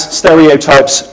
stereotypes